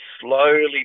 slowly